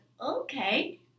okay